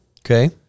Okay